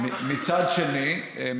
מצד שני,